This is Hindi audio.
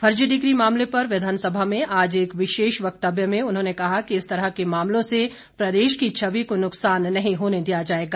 फर्जी डिग्री मामले पर विधानसभा में आज एक विशेष व्यक्तव्य में उन्होंने कहा कि इस तरह के मामलों से प्रदेश की छवि को नुकसान नहीं होने दिया जाएगा